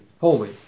holy